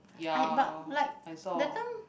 I but like that time